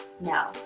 No